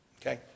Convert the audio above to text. Okay